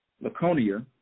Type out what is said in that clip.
Laconia